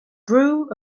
brew